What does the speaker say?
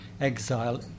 exile